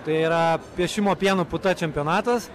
tai yra piešimo pieno puta čempionatas